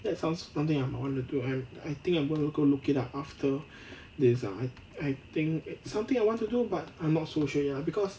that sounds something I might want to do I I think I'm gonna go look it up after this ah I I think it's something I want to do but I'm not so sure ya because